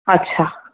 अच्छा